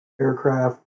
aircraft